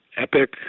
epic